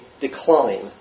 decline